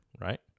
right